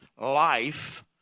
life